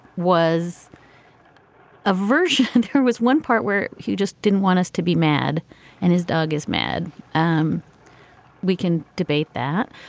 was a version. there was one part where he just didn't want us to be mad and his dog is mad. um we can debate that.